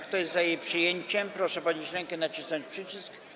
Kto jest za jej przyjęciem, proszę podnieść rękę i nacisnąć przycisk.